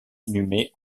inhumé